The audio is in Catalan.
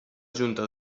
junta